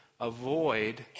avoid